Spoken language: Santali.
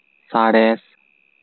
ᱥᱟᱬᱮᱥ